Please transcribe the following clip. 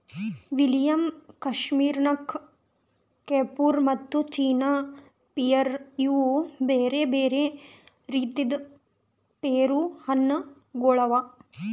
William, Kashmir Nakh, Kieffer ಮತ್ತ China pear ಇವು ಬ್ಯಾರೆ ಬ್ಯಾರೆ ರೀತಿದ್ ಪೇರು ಹಣ್ಣ ಗೊಳ್ ಅವಾ